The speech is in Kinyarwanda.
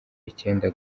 icyenda